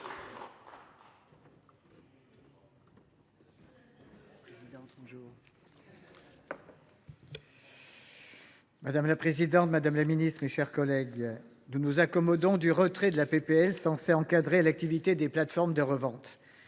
Madame la présidente, madame la ministre, mes chers collègues, nous nous réjouissons du retrait de la proposition de loi encadrant l’activité des plateformes de revente